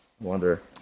Wonder